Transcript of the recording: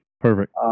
Perfect